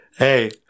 Hey